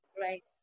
Right